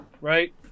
Right